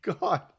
God